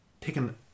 taking